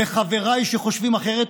וחבריי שחושבים אחרת,